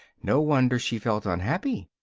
no wonder she felt unhappy.